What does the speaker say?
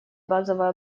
базовое